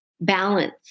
balance